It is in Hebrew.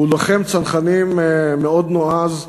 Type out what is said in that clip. הוא לוחם צנחנים מאוד נועז,